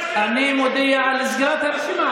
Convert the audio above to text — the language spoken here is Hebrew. אני מודיע על סגירת הרשימה.